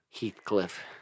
Heathcliff